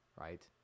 right